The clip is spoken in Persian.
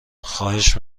خواهش